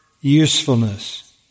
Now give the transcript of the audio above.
usefulness